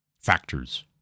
factors